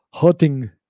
hurting